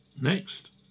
Next